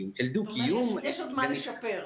יש עוד מה לשפר.